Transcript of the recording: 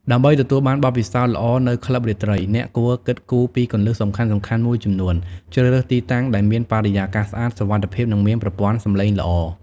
ដើម្បីទទួលបានបទពិសោធន៍ល្អនៅក្លឹបរាត្រី អ្នកគួរគិតគូរពីគន្លឹះសំខាន់ៗមួយចំនួន ជ្រើសរើសទីតាំងដែលមាន បរិយាកាសស្អាត សុវត្ថិភាព និងមាន ប្រព័ន្ធសំឡេងល្អ។